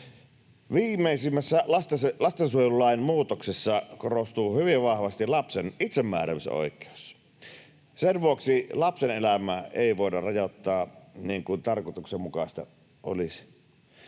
Viimeisimmässä lastensuojelulain muutoksessa korostuu hyvin vahvasti lapsen itsemääräämisoikeus. Sen vuoksi lapsen elämää ei voida rajoittaa niin kuin tarkoituksenmukaista olisi.